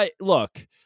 Look